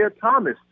Thomas